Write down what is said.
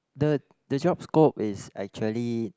the the job scope is actually